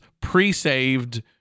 pre-saved